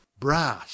brass